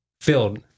filled